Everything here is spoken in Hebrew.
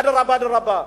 אדרבה ואדרבה.